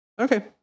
Okay